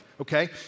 okay